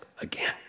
again